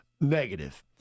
negative